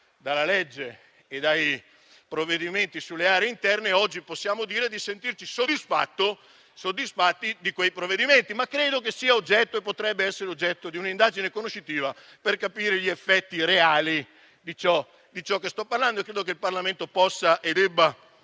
dalla legge e dai provvedimenti sulle aree interne, oggi possiamo sentirci soddisfatti di quei provvedimenti. Credo che potrebbe essere oggetto di un'indagine conoscitiva, per capire gli effetti reali di ciò di cui sto parlando, e ritengo che il Parlamento possa e debba